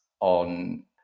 on